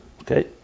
Okay